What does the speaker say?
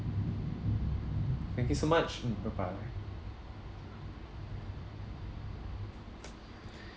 thank you so much mm bye bye